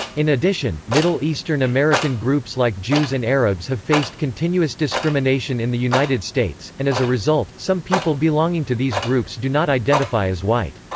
in addition, middle eastern american groups like jews and arabs have faced continuous discrimination in the united states, and as a result, some people belonging to these groups do not identify as white.